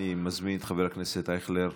אני מזמין את חבר הכנסת אייכלר,